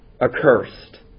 accursed